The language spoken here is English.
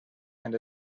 and